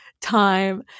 time